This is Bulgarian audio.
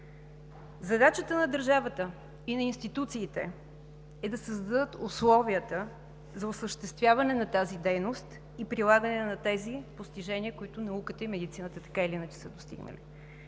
Задачата на държавата и на институциите е да създадат условията за осъществяване на тази дейност и прилагане на тези постижения, до които науката и медицината така или иначе са достигнали.